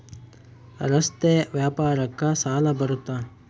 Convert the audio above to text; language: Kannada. ರಸ್ತೆ ವ್ಯಾಪಾರಕ್ಕ ಸಾಲ ಬರುತ್ತಾ?